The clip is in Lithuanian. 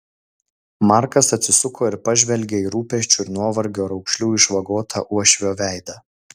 markas atsisuko ir pažvelgė į rūpesčių ir nuovargio raukšlių išvagotą uošvio veidą